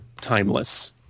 timeless